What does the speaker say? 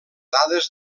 dades